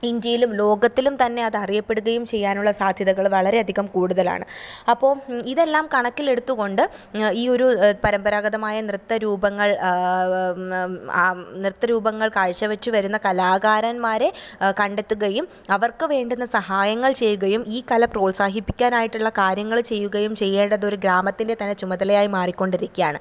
ഇന്ത്യയിലും ലോകത്തിലും തന്നെ അത് അറിയപ്പെടുകയും ചെയ്യാനുള്ള സാധ്യതകൾ വളരെയധികം കൂടുതലാണ് അപ്പോൾ ഇതെല്ലാം കണക്കിലെടുത്തുകൊണ്ട് ഈ ഒരു പരമ്പരാഗതമായ നൃത്തരൂപങ്ങൾ ആ നൃത്തരൂപങ്ങൾ കാഴ്ച്ചവെച്ചുവരുന്ന കലാകാരന്മാരെ കണ്ടെത്തുകയും അവർക്ക് വേണ്ടുന്ന സഹായങ്ങൾ ചെയ്യുകയും ഈ കല പ്രോത്സാഹിപ്പിക്കാനായിട്ടുള്ള കാര്യങ്ങൾ ചെയ്യുകയും ചെയ്യേണ്ടത് ഒരു ഗ്രാമത്തിൻ്റെ തന്നെ ചുമതലയായി മാറിക്കൊണ്ടിരിക്കുകയാണ്